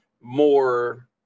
more